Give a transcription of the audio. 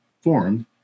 formed